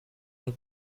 von